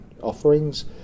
offerings